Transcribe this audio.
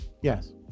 Yes